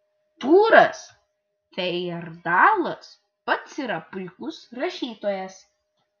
tūras hejerdalas pats yra puikus rašytojas